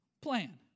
plan